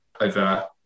over